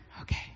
Okay